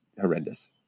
horrendous